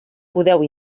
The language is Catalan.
podeu